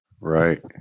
Right